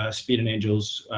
ah speed and angels,